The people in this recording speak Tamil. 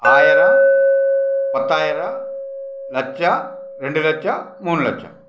ஆயிரம் பத்தாயிரம் லட்சம் ரெண்டு லட்சம் மூணு லட்சம்